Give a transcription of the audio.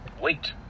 Wait